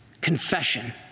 confession